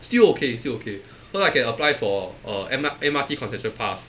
still okay still okay cause I can apply for uh M R M_R_T concession pass